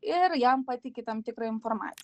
ir jam patiki tam tikrą informaciją